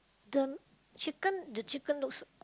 the chicken the chicken looks